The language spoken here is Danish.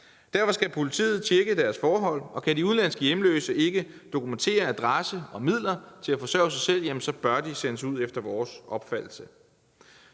Derfor skal politiet tjekke deres forhold, og kan de udenlandske hjemløse ikke dokumentere adresse og midler til at forsørge sig selv, bør de vores opfattelse